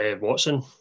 Watson